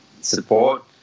support